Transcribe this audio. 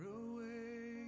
away